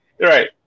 right